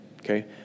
okay